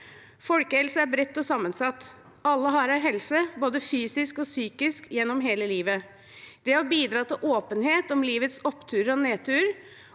Folkehelse er bredt og sammensatt. Alle har en helse, både fysisk og psykisk, gjennom hele livet. Det å bidra til åpenhet om livets oppturer og nedturer